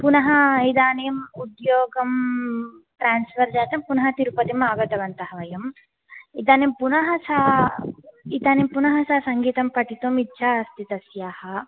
पुनः इदानीम् उद्योगं ट्रान्फ़र् जातं पुनः तिरुपतिम् आगतवन्तः वयम् इदानीं पुनः सा इदानीं पुनः सा सङ्गीतं पठितुम् इच्छा अस्ति तस्याः